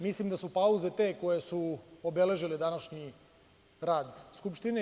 Mislim da su pauze te koje su obeležile današnji rad Skupštine.